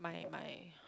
my my